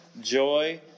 joy